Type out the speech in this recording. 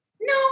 No